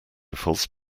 false